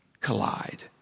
collide